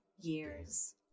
years